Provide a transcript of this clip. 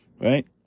Right